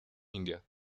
india